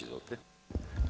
Izvolite.